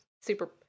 super